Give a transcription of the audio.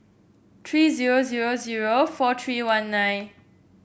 three zero zero zero four three one nine